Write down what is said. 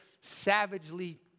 savagely